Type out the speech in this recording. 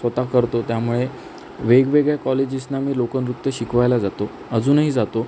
स्वत करतो त्यामुळे वेगवेगळ्या कॉलेजेसना मी लोकनृत्य शिकवायला जातो अजूनही जातो